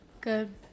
Good